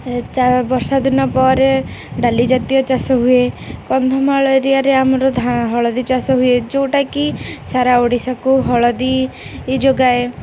ବର୍ଷା ଦିନ ପରେ ଡାଲି ଜାତୀୟ ଚାଷ ହୁଏ କନ୍ଧମାଳ ଏରିଆରେ ଆମର ହଳଦୀ ଚାଷ ହୁଏ ଯେଉଁଟାକି ସାରା ଓଡ଼ିଶାକୁ ହଳଦୀ ଯୋଗାଏ